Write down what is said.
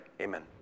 Amen